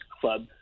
club